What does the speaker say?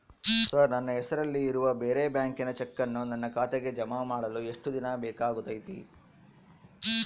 Sir ನನ್ನ ಹೆಸರಲ್ಲಿ ಇರುವ ಬೇರೆ ಬ್ಯಾಂಕಿನ ಚೆಕ್ಕನ್ನು ನನ್ನ ಖಾತೆಗೆ ಜಮಾ ಮಾಡಲು ಎಷ್ಟು ದಿನ ಬೇಕಾಗುತೈತಿ?